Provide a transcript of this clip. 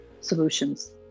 solutions